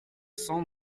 cents